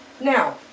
now